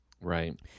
Right